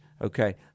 Okay